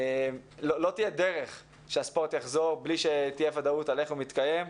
לא תהיה דרך שהספורט יחזור בלי שתהיה ודאות על איך הוא מתקיים.